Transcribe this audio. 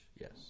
Yes